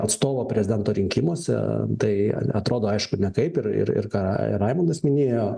atstovo prezidento rinkimuose tai atrodo aišku nekaip ir ir ką ra raimundas minėjo